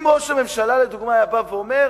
אם ראש הממשלה, לדוגמה, היה בא ואומר: